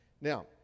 Now